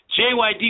JYD